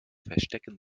verstecken